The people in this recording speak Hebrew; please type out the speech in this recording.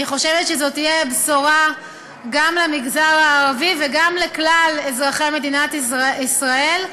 אני חושבת שזו תהיה בשורה גם למגזר הערבי וגם לכלל אזרחי מדינת ישראל,